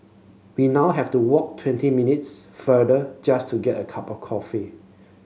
we now have to walk twenty minutes further just to get a cup of coffee